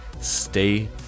stay